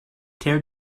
tear